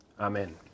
Amen